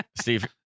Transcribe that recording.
Steve